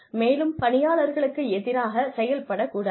மேலும் பணியாளர்களுக்கு எதிராகச் செயல்படக் கூடாது